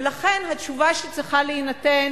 ולכן התשובה שצריכה להינתן